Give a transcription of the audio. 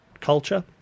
culture